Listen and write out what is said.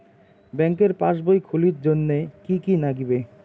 ব্যাঙ্কের পাসবই খুলির জন্যে কি কি নাগিবে?